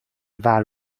dwa